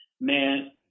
Man